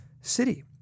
city